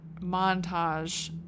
montage